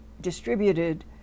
distributed